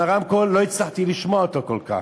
עם הרמקול לא הצלחתי לשמוע אותו כל כך.